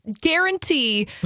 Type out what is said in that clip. guarantee